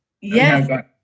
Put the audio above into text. Yes